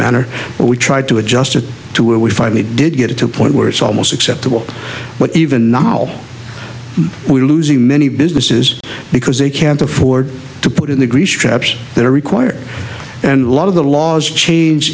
manner but we tried to adjust it to where we finally did get it to point where it's almost acceptable but even novel we're losing many businesses because they can't afford to put in the grease traps that are required and lot of the laws change